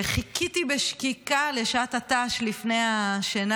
וחיכיתי בשקיקה לשעת הט"ש לפני השינה